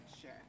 Sure